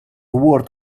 word